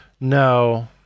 No